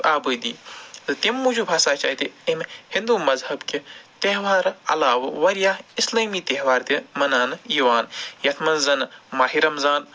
آبٲدی تٔمۍ موجوٗب ہسا چھِ اَتہِ أمۍ ہِنٛدُو مزہب کہ تہوار علاوٕ واریاہ اسلٲمی تہوار تہِ مناونہٕ یِوان یَتھ منٛز زَنہٕ ماہِ رمضان